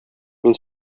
мин